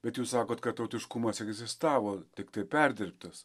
bet jūs sakot kad tautiškumas egzistavo tiktai perdirbtas